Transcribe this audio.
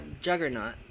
juggernaut